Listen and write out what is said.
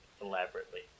elaborately